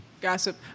Gossip